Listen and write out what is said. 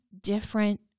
different